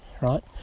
right